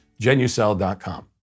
GenuCell.com